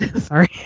sorry